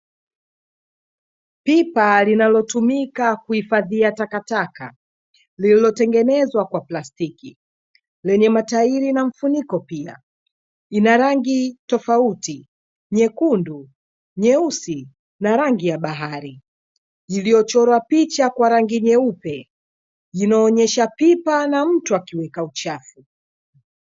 Pipa linalotumika kuhifadhia takataka lililotengenezwa kwa plastiki lenye matairi na mfuniko pia, inarangi tofauti nyekundu, nyeusi na rangi ya bahari, iliochorwa picha kwa rangi nyeupe inayoonyesha pipa na mtu akiweka uchafu.